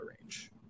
range